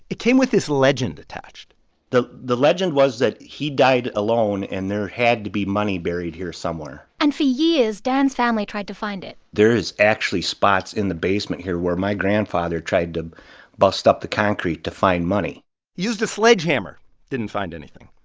it came with this legend attached the the legend was that he died alone and there had to be money buried here somewhere and for years, dan's family tried to find it. there is actually spots in the basement here where my grandfather tried to bust up the concrete to find money he used a sledgehammer didn't find anything.